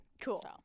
cool